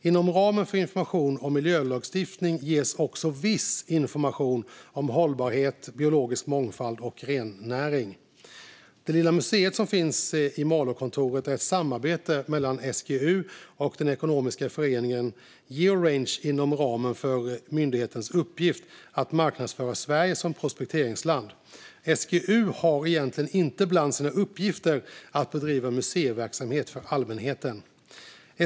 Inom ramen för informationen om miljölagstiftningen ges också viss information om hållbarhet, biologisk mångfald och rennäring. Det lilla museum som finns i Malåkontoret är ett samarbete mellan SGU och den ekonomiska föreningen Georange inom ramen för myndighetens uppgift att marknadsföra Sverige som prospekteringsland. SGU har egentligen inte bland sina uppgifter att bedriva museiverksamhet för allmänheten.